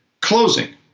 closing